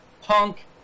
Punk